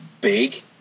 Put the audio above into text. big